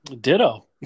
Ditto